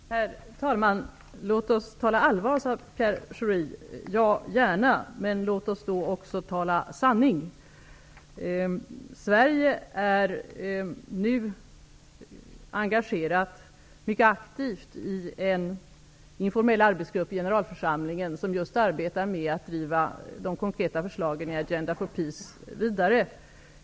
Herr talman! Låt oss tala allvar, sade Pierre Schori. Ja gärna, men låt oss då också tala sanning. Sverige är nu mycket aktivt engagerat i en informell arbetsgrupp i generalförsamlingen som just arbetar med att driva de konkreta förslagen i Agenda for Peace vidare.